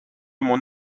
mon